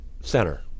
center